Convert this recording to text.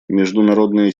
международная